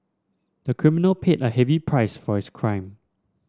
the criminal paid a heavy price for his crime